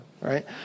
right